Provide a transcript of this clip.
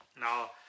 Now